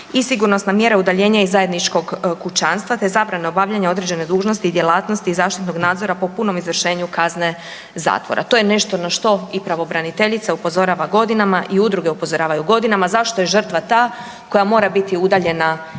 i sigurnosna mjera udaljenja iz zajedničkog kućanstva te zabrana obavljanja određene dužnosti i djelatnosti i zaštitnog nadzora po punom izvršenju kazne zatvora. To je nešto na što i pravobraniteljica upozorava godinama i udruge upozoravaju godinama, zašto je žrtva ta koja mora biti udaljena iz